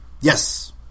Yes